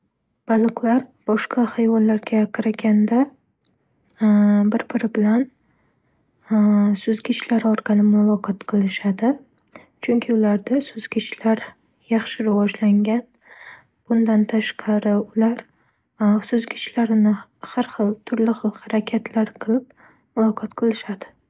Baliqlar boshqa hayvonlarga qaraganda bir-biri bilan suzgichlar orqali muloqot qilishadi. Chunki ularda suzgichlar yaxshi rivojlangan. Bundan tashqari, ular suzgichlarini xar xil -turli xil harakatlar qilib muloqot qilishadi.